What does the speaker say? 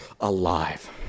alive